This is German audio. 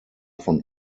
von